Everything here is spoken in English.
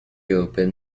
open